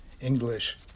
English